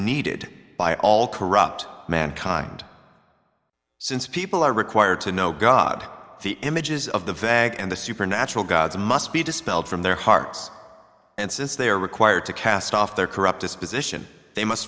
needed by all corrupt mankind since people are required to know god the images of the veg and the supernatural gods must be dispelled from their hearts and since they are required to cast off their corrupt disposition they must